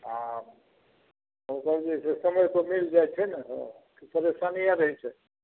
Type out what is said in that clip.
आ ओकर जे छै समय पे मिल जाइ छै ने हो कि परेशानी आर होइ छै